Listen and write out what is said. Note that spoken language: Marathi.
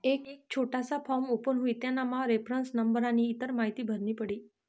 एक छोटासा फॉर्म ओपन हुई तेनामा रेफरन्स नंबर आनी इतर माहीती भरनी पडी